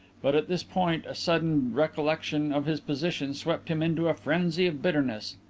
but at this point a sudden recollection of his position swept him into a frenzy of bitterness.